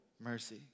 mercy